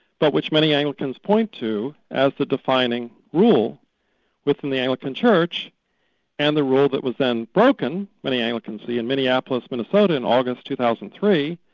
but which many anglicans point to as the defining rule within the anglican church and the rule that was then broken, many anglicans see, in minneapolis, minnesota, in august two thousand and three,